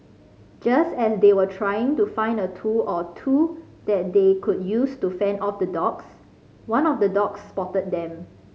just as they were trying to find a tool or two that they could use to fend off the dogs one of the dogs spotted them